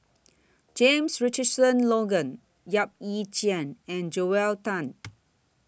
James Richardson Logan Yap Ee Chian and Joel Tan